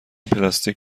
پلاستیک